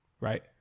Right